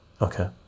Okay